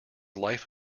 life